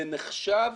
זה נחשב